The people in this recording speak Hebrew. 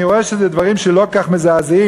אני רואה שזה דברים שלא כל כך מזעזעים,